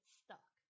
stuck